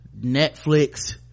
netflix